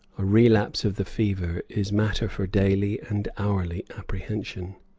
a relapse of the fever is matter for daily and hourly apprehension.